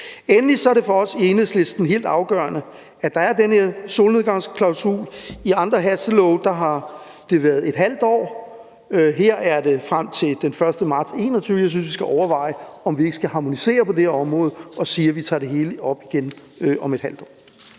Endelig er det for os i Enhedslisten helt afgørende, at der er den her solnedgangsklausul. I andre hastelove har det været et halvt år; her er det frem til den 1. marts 2021. Jeg synes, vi skal overveje, om vi ikke skal harmonisere på det her område og sige, at vi tager det hele op igen om et halvt år.